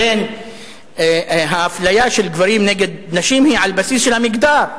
לכן האפליה של גברים נגד נשים היא על בסיס של המגדר,